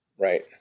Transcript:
Right